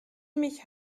mich